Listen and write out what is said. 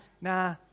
nah